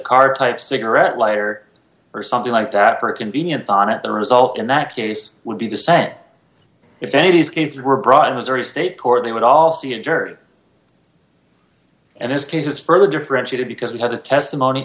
car type cigarette lighter or something like that for convenience on it the result in that case would be dissent if any of these cases were brought in missouri state court they would all see and heard and this case is further differentiated because we have the testimony